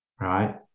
right